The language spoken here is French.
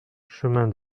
chemin